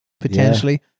Potentially